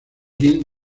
king